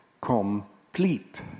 complete